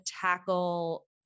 tackle